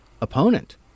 opponent